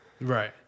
Right